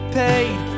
paid